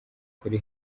kuri